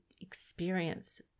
experience